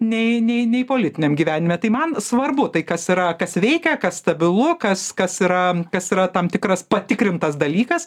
nei nei nei politiniam gyvenime tai man svarbu tai kas yra kas veikia kas stabilu kas kas yra kas yra tam tikras patikrintas dalykas